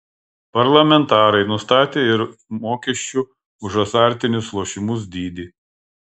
parlamentarai nustatė ir mokesčių už azartinius lošimus dydį